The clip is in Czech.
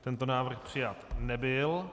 Tento návrh přijat nebyl.